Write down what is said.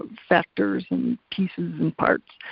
factors and pieces and parts,